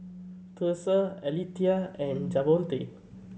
Thursa Alethea and Javonte